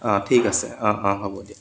অঁ ঠিক আছে অঁ অঁ হ'ব দিয়ক